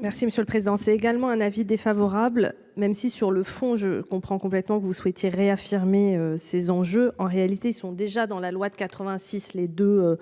Merci, monsieur le Président, c'est également un avis défavorable. Même si sur le fond je comprend complètement que vous souhaitiez réaffirmer ses enjeux en réalité sont déjà dans la loi de 86, les 2.